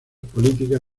políticas